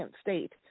state